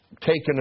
taken